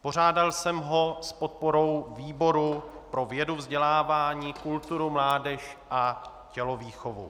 Pořádal jsem ho s podporou výboru pro vědu, vzdělávání, kulturu, mládež a tělovýchovu.